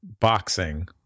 boxing